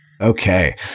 Okay